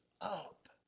up